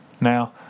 Now